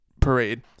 parade